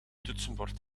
toetsenbord